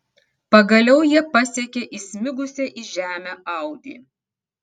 pagaliau jie pasiekė įsmigusią į žemę audi